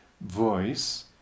voice